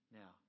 now